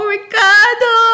Ricardo